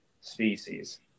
species